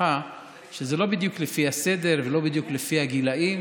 הוכחה שזה לא בדיוק לפי הסדר ולא בדיוק לפי הגילים,